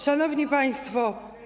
Szanowni Państwo!